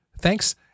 Thanks